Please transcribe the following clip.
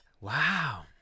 wow